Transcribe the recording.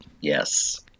yes